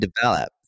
develop